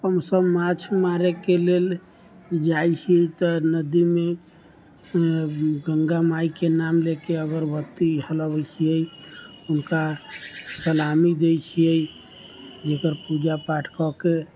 हमसब माछ मारै के लेल जाइ छी तऽ नदी मे गंगा माई के नाम लेके अगर हेलबै छियै हुनका सलामी दै छियै एकर पूजा पाठ कऽ के